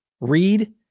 read